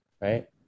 Right